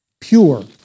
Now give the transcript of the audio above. pure